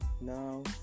Now